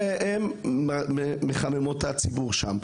הרי הן מחממות את הציבור שם.